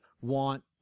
want